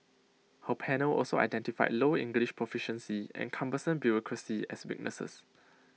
her panel also identified low English proficiency and cumbersome bureaucracy as weaknesses